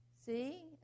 see